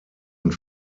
und